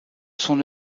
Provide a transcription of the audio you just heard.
son